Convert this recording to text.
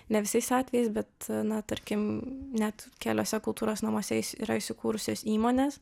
ne visais atvejais bet na tarkim net keliose kultūros namuose įs yra įsikūrusios įmonės